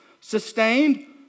Sustained